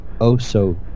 oh-so-